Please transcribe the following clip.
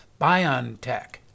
BioNTech